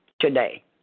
today